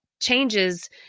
changes